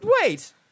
wait